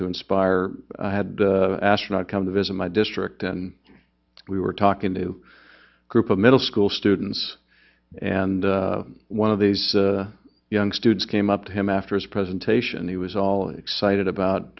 to inspire had an astronaut come to visit my district and we were talking to a group of middle school students and one of these young students came up to him after his presentation he was all excited about